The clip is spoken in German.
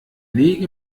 lege